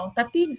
Tapi